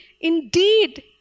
indeed